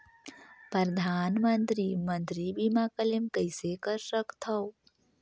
परधानमंतरी मंतरी बीमा क्लेम कइसे कर सकथव?